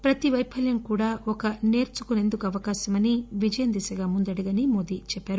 ప్రతి వైఫల్యం కూడా ఒక నేర్చుకుసేందుకు అవకాశమని విజయం దిశగా ముందడుగు అని మోదీ చెప్పారు